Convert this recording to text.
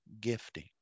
gifting